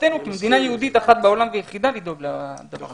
חובתנו כמדינה יהודית אחת ויחידה בעולם לדאוג לדבר הזה.